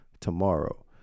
tomorrow